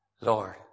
Lord